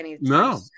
No